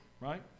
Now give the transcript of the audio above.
right